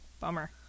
bummer